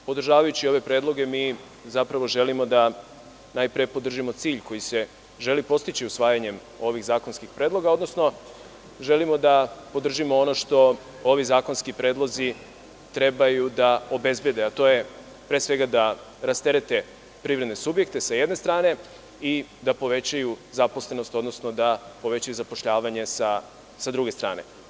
Podržavajući ove predloge, zapravo želimo da podržimo cilj koji se želi postići usvajanjem ovih zakonskih predloga, odnosno želimo da podržimo ono što ovi zakonski predlozi treba da obezbede, a to je da rasterete privredne subjekte, sa jedne strane, i da povećaju zaposlenost, odnosno da povećaju zapošljavanje, s druge strane.